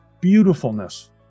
beautifulness